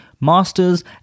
master's